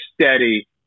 steady